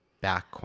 back